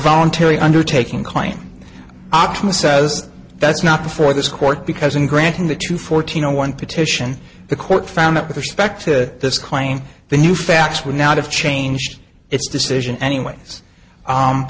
voluntary undertaking claim optima says that's not before this court because in granting the two fourteen zero one petition the court found that with respect to this claim the new facts would not have changed its decision anyways